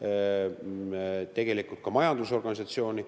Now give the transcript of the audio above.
kõiki majandusorganisatsioone,